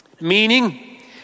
Meaning